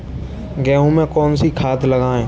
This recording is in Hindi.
गेहूँ में कौनसी खाद लगाएँ?